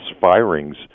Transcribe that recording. firings